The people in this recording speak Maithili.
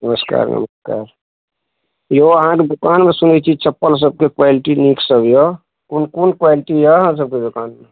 नमस्कार नमस्कार यौ अहाँके दोकानमे सुनय छी चप्पल सबके क्वालिटी नीक सब यऽ कोन कोन क्वालिटी यऽ अहाँ सबके दोकानमे